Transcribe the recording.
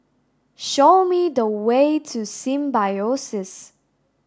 show me the way to Symbiosis